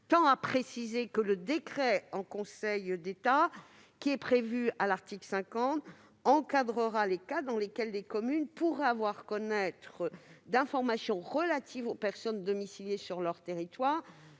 tend à préciser que le décret en Conseil d'État prévu à l'article 50 encadrera les cas dans lesquels les communes pourraient avoir à connaître d'informations relatives aux personnes domiciliées sur leur territoire.